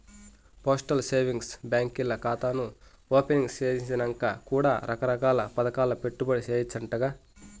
postal savings బాంకీల్ల కాతాను opening సేసినంక కూడా రకరకాల్ల పదకాల్ల పెట్టుబడి సేయచ్చంటగా